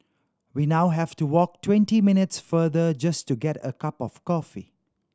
we now have to walk twenty minutes farther just to get a cup of coffee